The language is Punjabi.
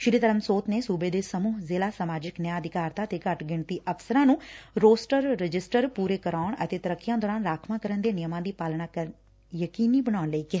ਸ੍ਰੀ ਧਰਮਸੋਤ ਨੇ ਸੁਬੇ ਦੇ ਸਮੁਹ ਜ਼ਿਲੁਾ ਸਮਾਜਿਕ ਨਿਆਂ ਅਧਿਕਾਰਤਾ ਅਤੇ ਘੱਟ ਗਿਣਤੀ ਅਫ਼ਸਰਾਂ ਨੂੰ ਰੋਸਟਰ ਰਜਿਸਟਰ ਪੁਰੇ ਕਰਾਉਣ ਅਤੇ ਤਰੱਕੀਆਂ ਦੌਰਾਨ ਰਾਖਵਾਂਕਰਨ ਦੇ ਨਿਯਮਾਂ ਦੀ ਪਾਲਣਾ ਯਕੀਨੀ ਬਣਾਉਣ ਲਈ ਕਿਹਾ